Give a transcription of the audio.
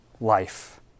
life